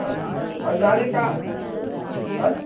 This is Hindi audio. हाँ और गाड़ी का आँए